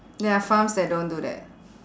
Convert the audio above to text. there are farms that don't do that